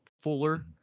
fuller